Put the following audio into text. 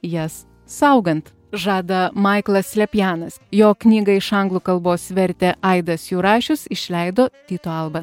jas saugant žada maiklas slepianas jo knygą iš anglų kalbos vertė aidas jurašius išleido tyto alba